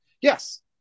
Yes